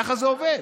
ככה זה עובד.